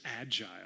agile